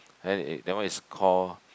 then that one is call